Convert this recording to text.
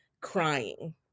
crying